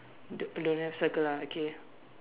don't don't have circle ah okay